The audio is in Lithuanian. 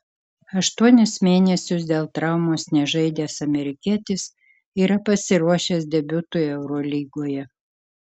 aštuonis mėnesius dėl traumos nežaidęs amerikietis yra pasiruošęs debiutui eurolygoje